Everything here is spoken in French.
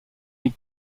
est